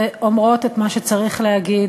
ואומרות את מה שצריך להגיד,